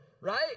right